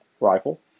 rifle